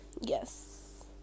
yes